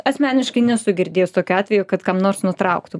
asmeniškai nesu girdėjus tokių atvejų kad kam nors nutrauktų